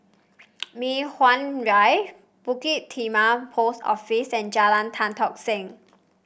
Mei Hwan Drive Bukit Timah Post Office and Jalan Tan Tock Seng